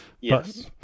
yes